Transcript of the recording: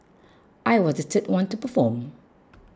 I was the third one to perform